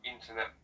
internet